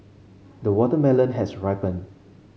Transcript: the watermelon has ripened